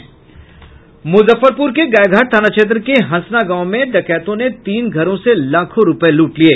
मुजफ्फरपुर के गायघाट थाना क्षेत्र के हंसना गांव में डकैतों ने तीन घरों से लाखों रूपये लूट लिये